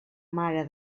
mare